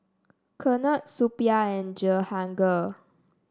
Ketna Suppiah and Jehangirr